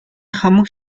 хамаг